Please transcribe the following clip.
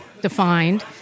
defined